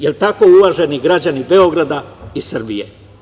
Da li je tako uvaženi građani Beograda i Srbije?